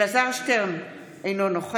(קוראת בשמות חברי הכנסת) אלעזר שטרן, אינו נוכח